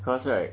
cause right